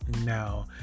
no